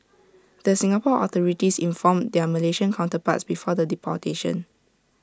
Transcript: the Singapore authorities informed their Malaysian counterparts before the deportation